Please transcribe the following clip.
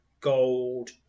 gold